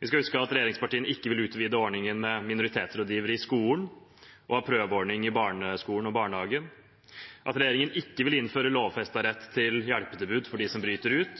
Derfor skal vi huske at regjeringspartiene ikke vil utvide ordningen med integreringsrådgivere på ambassadene som jobber med sosial kontroll over landegrensene regjeringspartiene ikke vil utvide ordningen med minoritetsrådgivere i skolen og ha prøveordning i barneskolen og barnehagen regjeringen ikke vil innføre lovfestet rett til hjelpetilbud for dem som bryter ut